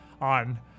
on